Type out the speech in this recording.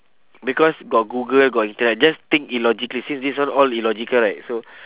because got google got internet just think illogically since this one all illogical right so